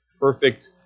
perfect